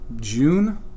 June